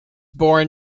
born